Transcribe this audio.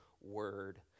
word